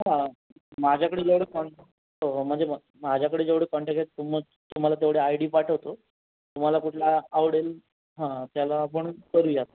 माझ्याकडे जेवढे कॉन्ट हो हो म्हणजे माझ्याकडे जेवढे कॉन्टॅक्ट आहेत तुम्हाला तेवढे आय डी पाठवतो तुम्हाला कुठला आवडेल त्याला आपण करुयात